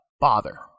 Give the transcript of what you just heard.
bother